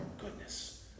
goodness